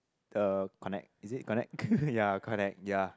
the connect is it connect ya connect ya